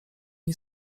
nie